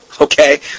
okay